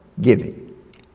giving